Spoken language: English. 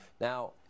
Now